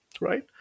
right